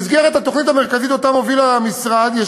במסגרת התוכנית המרכזית שהמשרד מוביל יש